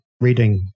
reading